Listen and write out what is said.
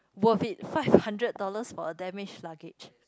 worth it five hundred dollars for a damaged luggage